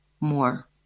more